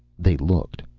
they looked,